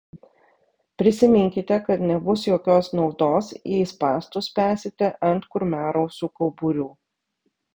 prisiminkite kad nebus jokios naudos jei spąstus spęsite ant kurmiarausių kauburių